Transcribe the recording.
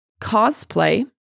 Cosplay